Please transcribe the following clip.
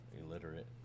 illiterate